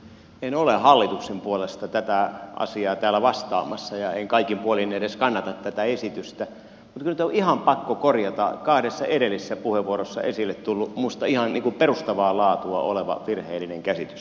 en ole hallituksen puolesta tätä asiaa täällä vastaamassa ja en kaikin puolin edes kannata tätä esitystä mutta kyllä nyt on ihan pakko korjata kahdessa edellisessä puheenvuorossa esille tullut minusta ihan perustavaa laatua oleva virheellinen käsitys